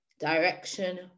direction